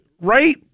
right